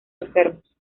enfermos